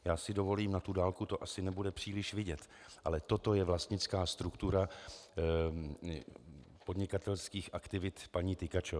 Já si dovolím, na dálku to asi nebude příliš vidět, ale toto je vlastnická struktura podnikatelských aktivit paní Tykačové.